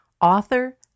author